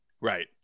Right